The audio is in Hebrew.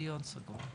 דיון סגור.